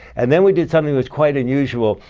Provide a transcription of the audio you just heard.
and then we did something that's quite unusual.